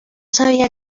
sabía